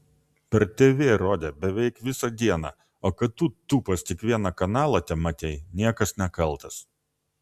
per tv rodė beveik visą dieną o kad tu tūpas tik vieną kanalą tematei niekas nekaltas